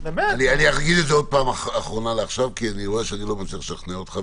אני רואה שאני לא מצליח לשכנע אותך,